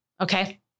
Okay